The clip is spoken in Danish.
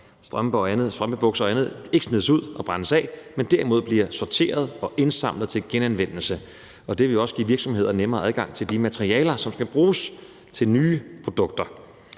strømpebukser og andet ikke smides ud og brændes af, men derimod bliver sorteret og indsamlet til genanvendelse. Og det vil også give virksomheder nemmere adgang til de materialer, som skal bruges til nye produkter,